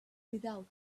without